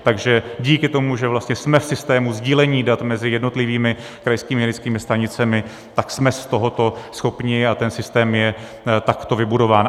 Takže díky tomu, že jsme v systému sdílení dat mezi jednotlivými krajskými hygienickými stanicemi, tak jsme z tohoto schopni a ten systém je takto vybudován.